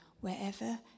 wherever